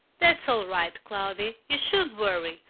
that's all right, cloudy you should worry!